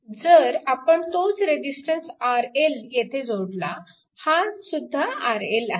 जर आपण तोच रेजिस्टन्स RL येथे जोडला हा सुद्धा RL आहे